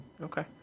Okay